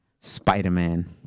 Spider-Man